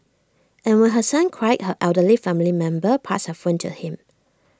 and when her son cried her elderly family member passed her phone to him